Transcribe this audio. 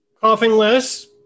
Coughing-less